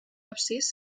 absis